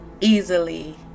easily